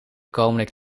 komende